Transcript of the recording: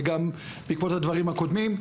וגם בעקבות הדברים הקודמים,